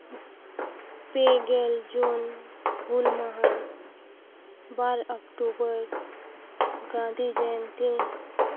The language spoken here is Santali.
ᱯᱮ ᱜᱮᱞ ᱡᱩᱱ ᱦᱩᱞ ᱢᱟᱦᱟ ᱵᱟᱨ ᱚᱠᱴᱳᱵᱚᱨ ᱜᱟᱹᱱᱫᱷᱤ ᱡᱚᱭᱚᱱᱛᱤ